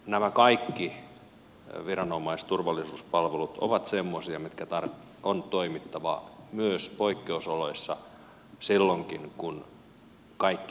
nämä kaikki viranomaisturvallisuuspalvelut ovat semmoisia joiden on toimittava myös poikkeusoloissa silloinkin kun kaikki tekniikka ei toimi